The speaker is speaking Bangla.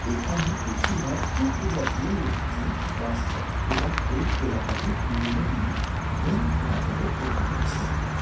এখানে বেশিরভাগ উপজাতীয় লোকজন বাস করে এবং এই এলাকাটি পুরোনো দিনে গোন্ড রাজাদের অধীনে ছিল